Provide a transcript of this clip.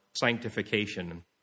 sanctification